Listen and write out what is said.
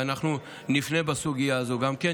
ואנחנו נפנה בסוגיה הזו גם כן.